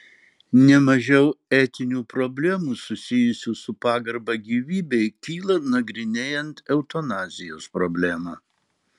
ne mažiau etinių problemų susijusių su pagarba gyvybei kyla nagrinėjant eutanazijos problemą